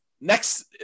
next